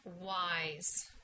wise